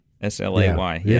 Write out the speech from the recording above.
S-L-A-Y